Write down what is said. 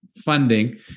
funding